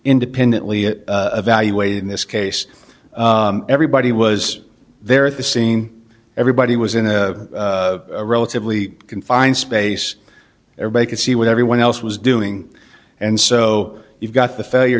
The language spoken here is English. independently evaluated in this case everybody was there at the scene everybody was in a relatively confined space everybody could see what everyone else was doing and so you've got the failure